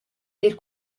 eir